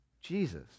Jesus